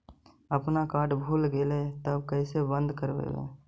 अपन कार्ड भुला गेलय तब कैसे बन्द कराइब?